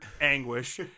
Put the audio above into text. anguish